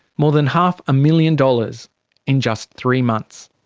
more than half a million dollars in just three months.